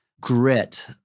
grit